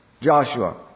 Joshua